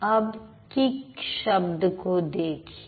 अब किक् शब्द को देखिए